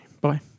Bye